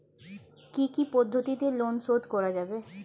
কি কি পদ্ধতিতে লোন শোধ করা যাবে?